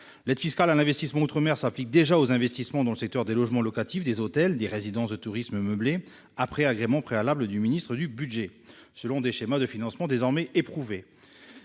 L'aide fiscale à l'investissement outre-mer s'applique déjà aux investissements dans le secteur des logements locatifs, des hôtels et des résidences de tourisme meublées, sous condition d'agrément préalable du ministre du budget, selon des schémas de financement désormais éprouvés.